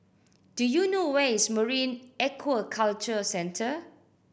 do you know where is Marine Aquaculture Centre